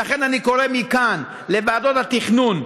לכן אני קורא מכאן לוועדות התכנון,